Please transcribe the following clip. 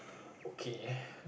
okay